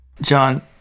John